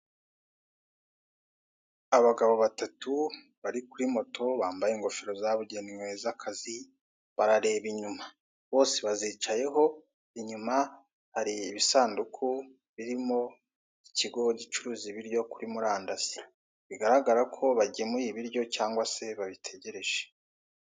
Abagabo batatu bari kuri moto bambaye ingofero zabugenewe z'akazi barareba inyuma bose bazicayeho, inyuma hari ibisanduku birimo ikigo gicuruza ibiryo kuri murandsi bigaragara ko bagemuye ibiryo cyangwa se babitegereje.